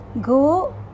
go